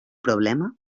problema